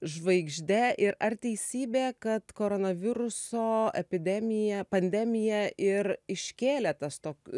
žvaigžde ir ar teisybė kad koronaviruso epidemija pandemija ir iškėlė tas to